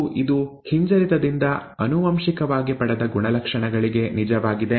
ಮತ್ತು ಇದು ಹಿಂಜರಿತದಿಂದ ಆನುವಂಶಿಕವಾಗಿ ಪಡೆದ ಗುಣಲಕ್ಷಣಗಳಿಗೆ ನಿಜವಾಗಿದೆ